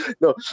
no